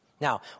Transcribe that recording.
Now